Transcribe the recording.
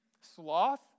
Sloth